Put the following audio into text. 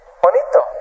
bonito